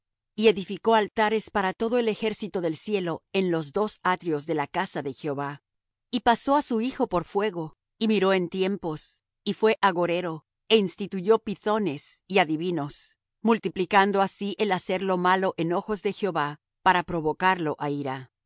y edificó altares para todo el ejército del cielo en los dos atrios de la casa de jehová y pasó á su hijo por fuego y miró en tiempos y fué agorero é instituyó pythones y adivinos multiplicando así el hacer lo malo en ojos de jehová para provocarlo á ira